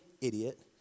Idiot